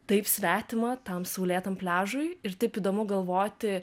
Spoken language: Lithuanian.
taip svetima tam saulėtam pliažui ir taip įdomu galvoti